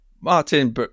Martin